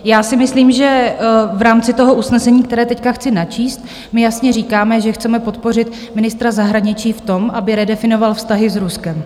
Já si myslím, že v rámci usnesení, které teď chci načíst, jasně říkáme, že chceme podpořit ministra zahraničí v tom, aby redefinoval vztahy s Ruskem.